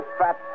fat